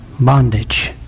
Bondage